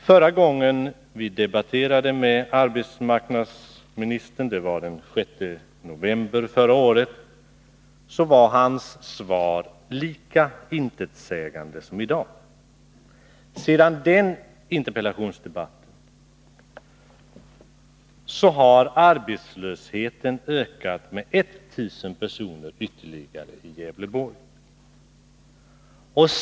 Förra gången vi debatterade med arbetsmarknadsministern — det var den 6 november förra året — så var hans svar lika intetsägande som i dag. Sedan den interpellationsdebatten har arbetslösheten i Gävleborg ökat med 1 000 personer.